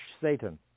Satan